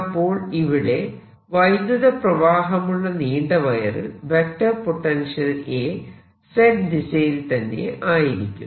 അപ്പോൾ ഇവിടെ വൈദ്യുതപ്രവാഹമുള്ള നീണ്ട വയറിൽ വെക്റ്റർ പൊട്ടൻഷ്യൽ A Z ദിശയിൽ തന്നെ ആയിരിക്കും